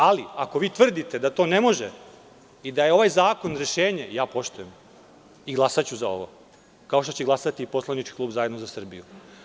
Ali, ako vi tvrdite da to ne može i da je ovaj zakon rešenje, ja poštujem i glasaću za ovo, kao što će glasati i Poslanički klub Zajedno za Srbiju.